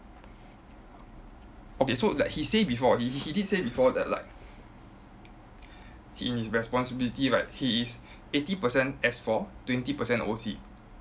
okay so like he say before he he he did say before that like his responsibility like he is eighty percent S four twenty percent O_C